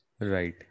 right